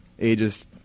ages